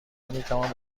میتوان